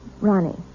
Ronnie